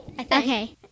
Okay